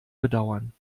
bedauern